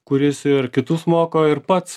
kuris ir kitus moko ir pats